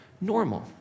normal